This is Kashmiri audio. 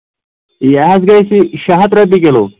یہِ حظ گژھِ شےٚ ہتھ رۄپیہِ کِلوٗ